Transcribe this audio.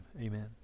Amen